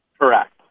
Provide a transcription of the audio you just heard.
Correct